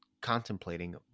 contemplating